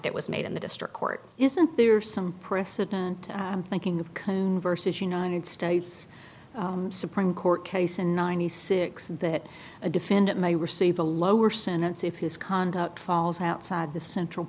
that was made in the district court isn't there some thinking versus united states supreme court case in ninety six that a defendant may receive a lower sentence if his conduct falls outside the central